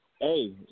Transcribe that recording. Hey